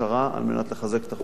על מנת לחזק את החוגים האלה,